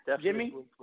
Jimmy